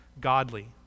godly